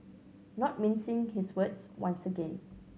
not mincing his words once again